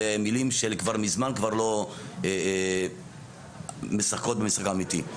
זה מילים שהן כבר מזמן לא משחקות במשחק האמיתי.